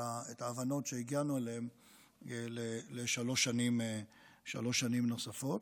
ההבנות שהגענו אליהן לשלוש שנים נוספות.